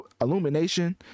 illumination